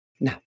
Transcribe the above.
Now